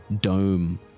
dome